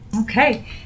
Okay